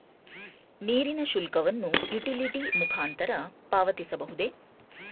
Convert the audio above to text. ನೀರಿನ ಶುಲ್ಕವನ್ನು ಯುಟಿಲಿಟಿ ಮುಖಾಂತರ ಪಾವತಿಸಬಹುದೇ?